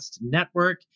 Network